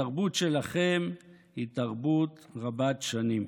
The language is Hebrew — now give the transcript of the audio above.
התרבות שלכם היא תרבות רבת-שנים.